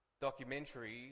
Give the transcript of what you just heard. documentary